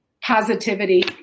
positivity